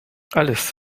alles